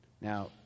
Now